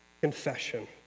confession